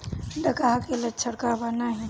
डकहा के लक्षण का वा?